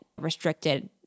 restricted